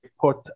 put